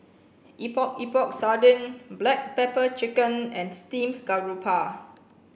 Epok Epok Sardin black pepper chicken and steamed garoupa